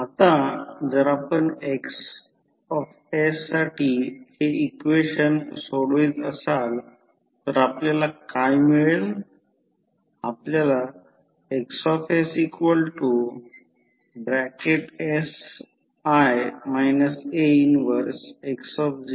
आता जर आपण Xs साठी हे इक्वेशन सोडवित असाल तर आपल्याला काय मिळेल